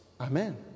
Amen